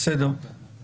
אני